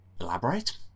Elaborate